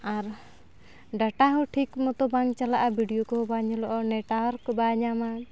ᱟᱨ data ᱦᱚᱸ ᱴᱷᱤᱠ ᱢᱚᱛᱚ ᱵᱟᱝ ᱪᱟᱞᱟᱜᱼᱟ ᱵᱷᱤᱰᱭᱳ ᱠᱚᱦᱚᱸ ᱵᱟᱝ ᱧᱮᱞᱚᱜᱼᱟ ᱱᱮᱴᱚᱣᱟᱨᱠ ᱵᱟᱭ ᱧᱟᱢᱟ